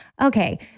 okay